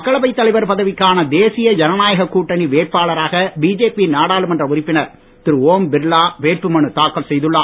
மக்களவை தலைவர் பதவிக்கான தேசிய ஜனநாயக கூட்டணி வேட்பாளராக பிஜேபி நாடாளுமன்ற உறுப்பினர் திரு ஓம் பிர்லா வேட்புமனு தாக்கல் செய்துள்ளார்